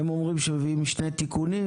הם אומרים שהם מביאים שני תיקונים,